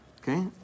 Okay